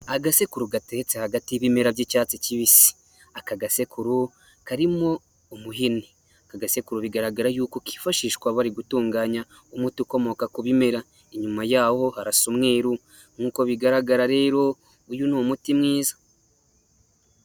Agasekuru gateretse hagati y'ibimera by'icyatsi kibisi, aka gasekuru karimo umuhini aka gasekuru bigaragara yuko kifashishwa bari gutunganya umuti ukomoka ku bimera inyuma yaho karasa umweru, nk'uko bigaragara rero uyu ni umuti mwiza.